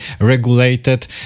regulated